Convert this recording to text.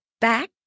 back